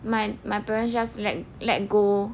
my my parents just like let let go